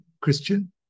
Christian